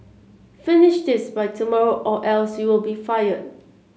finish this by tomorrow or else you'll be fired